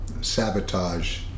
sabotage